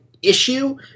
issue